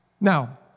Now